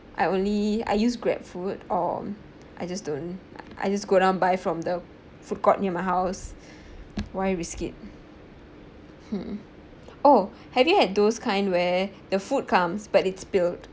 I only I use grab food or I just don't I I just go down buy from the food court near my house why risk it hmm oh have you had those kind where the food comes but it's billed